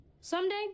Someday